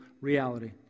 reality